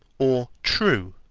or true,